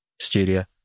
studio